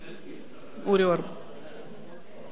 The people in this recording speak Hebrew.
אני מדבר, אני מדבר.